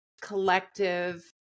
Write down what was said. collective